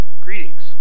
Greetings